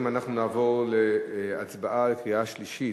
חברים, אנחנו נעבור להצבעה בקריאה שלישית.